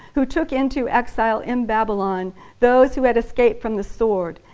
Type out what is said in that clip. who. took into exile in babylon those who had escaped from the sword,